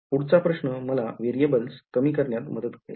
पुढचा प्रश्न मला variables कमी करण्यात मदत करेल